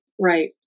right